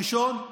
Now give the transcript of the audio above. הראשון,